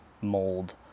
mold